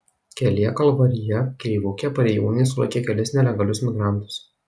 kelyje kalvarija kreivukė pareigūnai sulaikė kelis nelegalius migrantus